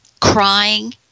crying